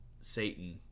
Satan